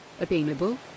attainable